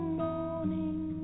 morning